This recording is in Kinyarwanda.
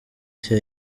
nshya